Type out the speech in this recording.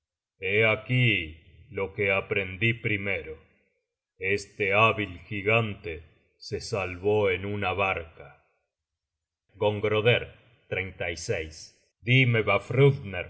aquí lo que aprendí primero este hábil gigante se salvó en una barca gongroder dime